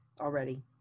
already